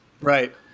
Right